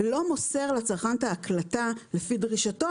לא מוסר לצרכן את ההקלטה לפי דרישתו,